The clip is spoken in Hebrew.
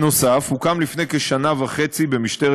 נוסף על כך הוקם לפני כשנה וחצי במשטרת